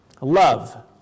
love